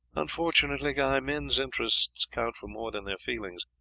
unfortunately, guy, men's interests count for more than their feelings,